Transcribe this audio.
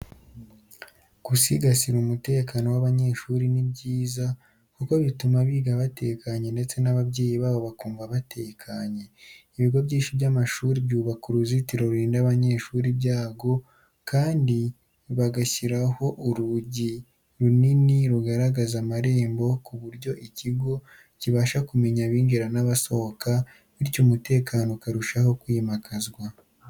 Gusigasira umutekano w'abanyeshuri ni byiza kuko bituma biga batekanye ndetse n'ababyeyi babo bakumva batekanye. Ibigo byinshi by'amashuri byubaka uruzitiro rurinda abanyeshuri ibyago kandi rugashyiraho urugi runini rugaragaza amarembo ku buryo ikigo kibasha kumenya abinjira n'abasohoka bityo umutekano ukarushaho kwimakazwa.